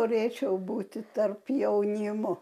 norėčiau būti tarp jaunimo